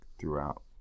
throughout